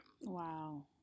Wow